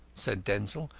said denzil.